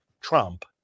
Trump